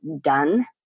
done